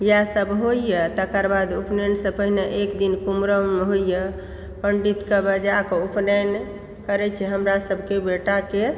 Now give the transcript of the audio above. इएहसब होइया तकर बाद उपनयनसे पहिने एक दिन कुमरम होइया पण्डितके बाजकऽ उपनयन करै छी हमरा सबके बेटाके